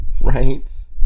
Right